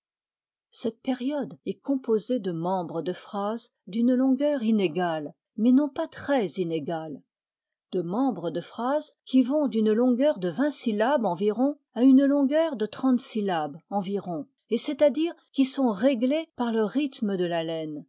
cette période est composée de membres de phrase d'une longueur inégale mais non pas très inégale de membres de phrase qui vont d'une longueur de vingt syllabes environ à une longueur de trente syllabes environ et c'est-à-dire qui sont réglées par le rythme de l'haleine sans